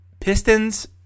Pistons